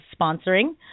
sponsoring